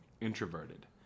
introverted